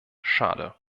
schade